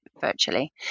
virtually